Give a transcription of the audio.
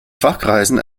fachkreisen